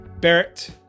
barrett